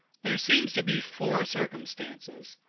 there seem to be four circumstances,